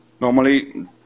normally